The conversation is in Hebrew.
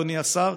אדוני השר,